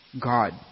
God